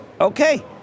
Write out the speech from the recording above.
okay